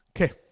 Okay